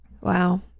Wow